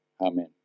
Amen